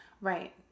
right